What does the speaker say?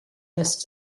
this